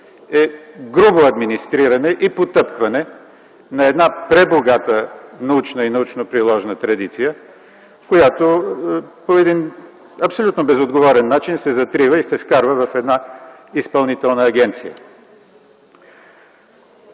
грубо администриране и потъпкване на една пребогата научна и приложна традиция, която по един абсолютно безотговорен начин се затрива и се вкарва в една изпълнителна агенция.